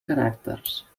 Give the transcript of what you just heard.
caràcters